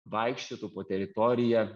vaikščiotų po teritoriją